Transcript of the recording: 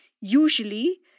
Usually